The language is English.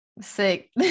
Sick